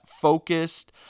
focused